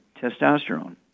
testosterone